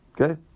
Okay